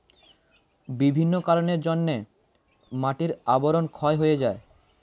বিভিন্ন কারণের জন্যে মাটির আবরণ ক্ষয় হয়ে যায়